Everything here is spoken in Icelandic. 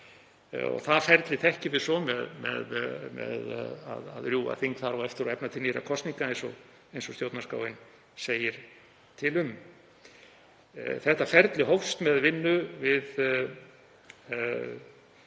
Það ferli þekkjum við svo, með að rjúfa þing þar á eftir og efna til nýrra kosninga eins og stjórnarskráin segir til um. Þetta ferli hófst með vinnu við